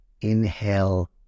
inhale